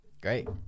Great